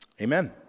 Amen